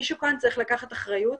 מישהו כאן צריך לקחת אחריות.